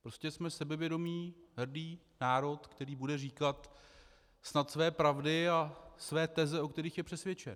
Prostě jsme sebevědomý hrdý národ, který bude říkat snad své pravdy a své teze, o kterých je přesvědčen.